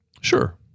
Sure